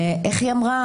איך היא אמרה?